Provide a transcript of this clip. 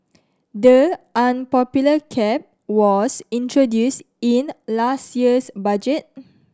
the unpopular cap was introduced in last year's budget